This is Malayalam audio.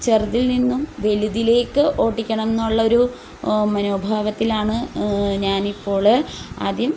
ചെറുതിൽ നിന്നും വലുതിലേക്ക് ഓടിക്കണമെന്നുള്ളൊരു മനോഭാവത്തിലാണ് ഞാനിപ്പോൾ ആദ്യം